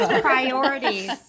priorities